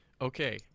Okay